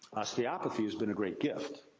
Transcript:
osteopathy has been a great gift.